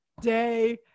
day